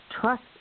Trust